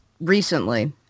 recently